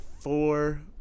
four